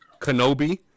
Kenobi